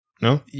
No